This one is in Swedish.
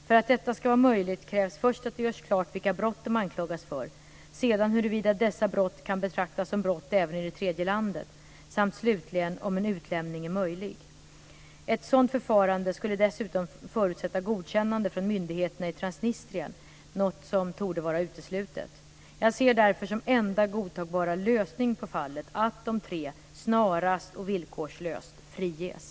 För att detta ska vara möjligt krävs först att det görs klart vilka brott de anklagas för, sedan huruvida dessa brott kan betraktas som brott även i det tredje landet samt, slutligen, om en utlämning är möjlig. Ett sådant förfarande skulle dessutom förutsätta godkännande från myndigheterna i Transnistrien, något som torde vara uteslutet. Jag ser därför som enda godtagbara lösning på fallet att de tre, snarast och villkorslöst, friges.